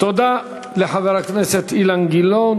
תודה לחבר הכנסת אילן גילאון.